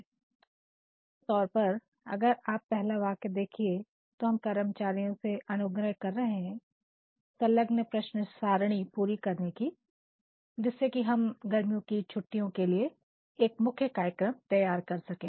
Refer Slide Time 1427 उदाहरण के तौर पर अगर आप पहला वाक्य देखिए तो हम कर्मचारियों से अनुग्रह कर रहे हैं संलग्न प्रश्न सारणी पूरी करने की जिससे कि हम गर्मियों की छुट्टियों के लिए एक मुख्य कार्यक्रम तैयार कर सके